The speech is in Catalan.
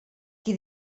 qui